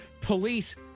police